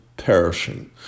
perishing